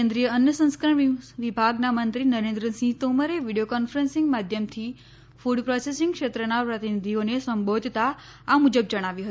કેન્દ્રીય અન્ન સંસ્કરણ વિભાગના મંત્રી નરેન્દ્રસિંહ તોમરે વીડિયો કોન્ફરન્સિંગ માધ્યમથી કૃડ પ્રોસેસિંગ ક્ષેત્રના પ્રતિનિધિઓને સંબોધતાં આ મુજબ જણાવ્યું હતું